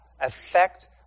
affect